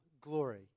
glory